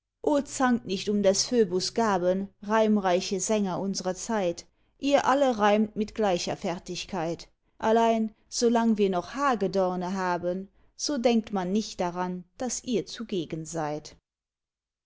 zankt nicht um des phöbus gaben reimreiche sänger unsrer zeit ihr alle reimt mit gleicher fertigkeit allein solange wir noch hagedorne haben so denkt man nicht daran daß ihr zugegen seid